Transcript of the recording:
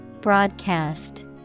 Broadcast